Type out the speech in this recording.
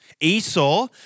Esau